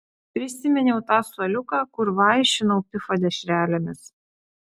prisiminiau tą suoliuką kur vaišinau pifą dešrelėmis